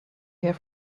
hear